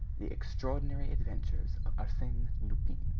the extraordinary adventures of arsene lupin,